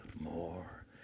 more